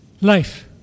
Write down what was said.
life